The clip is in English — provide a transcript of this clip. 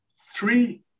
three